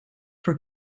for